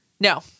No